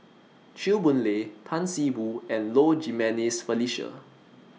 Chew Boon Lay Tan See Boo and Low Jimenez Felicia